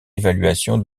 évaluation